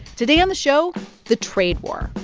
today on the show the trade war.